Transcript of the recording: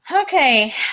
Okay